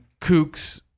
Kooks